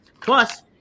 Plus